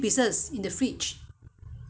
if the fish I only have three pieces so